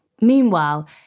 Meanwhile